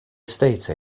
estate